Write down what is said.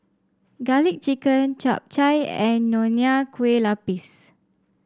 garlic chicken Chap Chai and Nonya Kueh Lapis